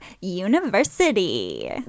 university